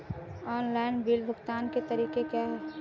Online bill भुगतान के तरीके क्या हैं?